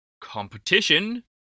Competition